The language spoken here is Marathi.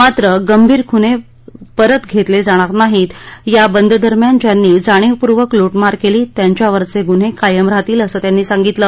मात्र गंभीर गुन्हे परत घेतले जाणार नाहीत या बंद दरम्यान ज्यांनी जाणीवपुर्वक लूटमार केली त्यांच्यावरचे गुन्हे कायम राहतील असं त्यांनी सांगितलं